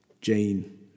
Jane